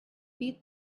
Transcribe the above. beat